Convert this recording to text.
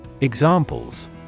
Examples